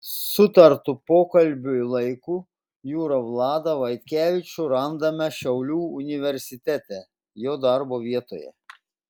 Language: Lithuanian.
sutartu pokalbiui laiku jūrą vladą vaitkevičių surandame šiaulių universitete jo darbo vietoje